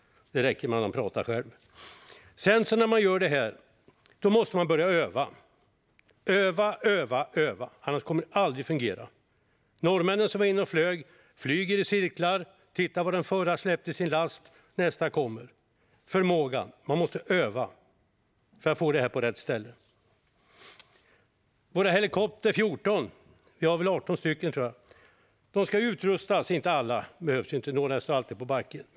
Det räcker när han pratar själv. När man gör det här måste man börja öva. Man måste öva, öva och öva, annars kommer det aldrig att fungera. Norrmännen, som var inne och flög, flyger i cirklar och tittar var den förra släppte sin last. Sedan kommer nästa. Man måste öva upp förmågan för att få det här på rätt ställe. Vår Helikopter 14 - vi har väl 18 stycken, tror jag - ska utrustas med brandbekämpningsutrustning, men inte alla. Det behövs inte, för några står alltid på backen.